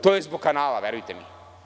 To je zbog kanala, verujte mi.